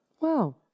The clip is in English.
Wow